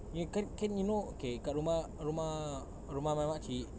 you kan kan you know okay kat rumah rumah rumah my mak cik